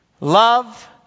Love